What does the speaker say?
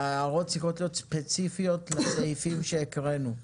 וההערות צריכות להיות ספציפיות לסעיפים שהקראנו.